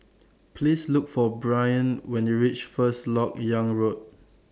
Please Look For Brynn when YOU REACH First Lok Yang Road